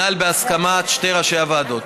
הנ"ל בהסכמת שני ראשי הוועדות.